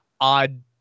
odd